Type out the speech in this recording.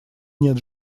нет